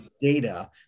data